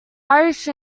irish